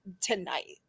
tonight